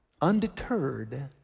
undeterred